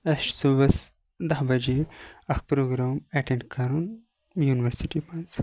اَسہِ چھُ صُبحَس داہ بجے اَکھ پروگرام ایٚٹَنٛڈ کَرُن یُنورسِٹی مَنٛز